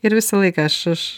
ir visą laiką aš aš